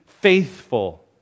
faithful